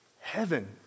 Heaven